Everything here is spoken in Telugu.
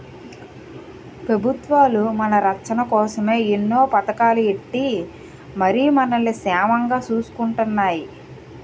పెబుత్వాలు మన రచ్చన కోసమే ఎన్నో పదకాలు ఎట్టి మరి మనల్ని సేమంగా సూసుకుంటున్నాయి